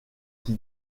qui